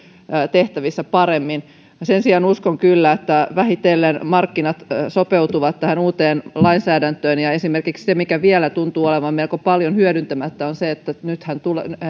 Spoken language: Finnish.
tehtävissä paremmin sen sijaan uskon kyllä että vähitellen markkinat sopeutuvat tähän uuteen lainsäädäntöön esimerkiksi se mikä vielä tuntuu olevan melko paljon hyödyntämättä on se että nythän